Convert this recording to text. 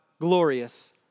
glorious